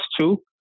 two